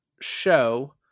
show